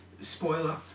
spoiler